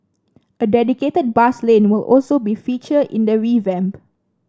a dedicated bus lane will also be feature in the revamp